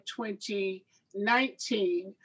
2019